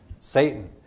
Satan